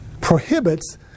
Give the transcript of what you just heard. prohibits